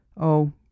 Oh